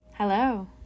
Hello